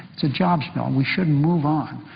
it's a jobs bill, and we shouldn't move on.